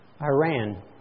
Iran